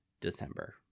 december